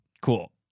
Cool